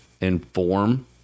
inform